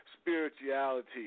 spirituality